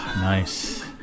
Nice